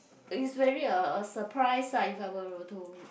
is very a a surprise lah if I were to